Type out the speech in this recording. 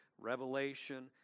revelation